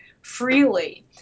freely